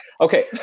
Okay